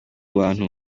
bantu